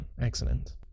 excellent